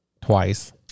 twice